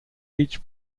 each